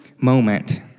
moment